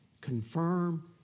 confirm